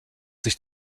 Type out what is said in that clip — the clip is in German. sich